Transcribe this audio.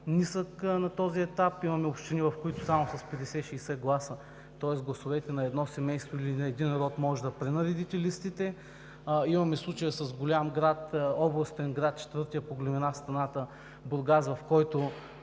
нисък на този етап. Имаме общини, в които само с 50 – 60 гласа, тоест с гласовете на едно семейство или на един род може да пренаредите листите. Имаме случая с голям областен град, четвъртия по-големина в страната – Бургас, от който,